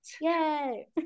Yay